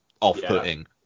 off-putting